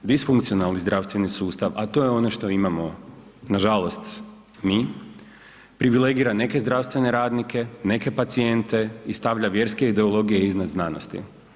Disfunkcionalni zdravstveni sustav, a to je onaj što imamo nažalost mi privilegira neke zdravstvene radnike, neke pacijente i stavlja vjerske ideologije iznad znanosti.